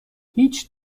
هیچ